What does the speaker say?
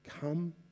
come